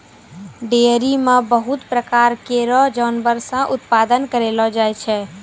dairy म बहुत प्रकार केरो जानवर से उत्पादन करलो जाय छै